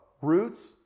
roots